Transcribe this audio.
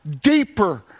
deeper